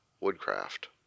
Woodcraft